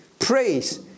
praise